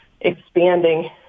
expanding